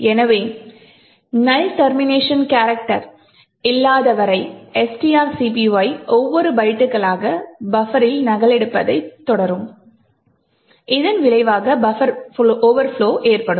எனவே null termination character இல்லாத வரை strcpy ஒவ்வொரு பைட்டுகளாக பஃபரில் நகலெடுப்பதைத் தொடரும் இதன் விளைவாக பஃபர் ஓவர்ப்லொ ஏற்படும்